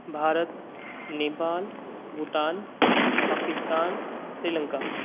Bharat Nepal Bhutan Pakistan Sri Lanka